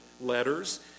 letters